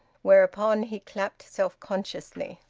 whereupon he clapped self-consciously.